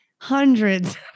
hundreds